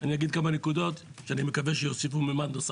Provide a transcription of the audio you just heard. אני אגיד כמה נקודות שאני מקווה שיוסיפו ממד נוסף.